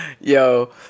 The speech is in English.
yo